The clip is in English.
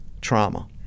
trauma